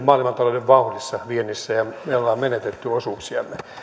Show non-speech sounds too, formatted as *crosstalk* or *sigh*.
*unintelligible* maailmantalouden vauhdissa viennissä ja me olemme menettäneet osuuksiamme